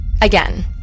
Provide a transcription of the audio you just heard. Again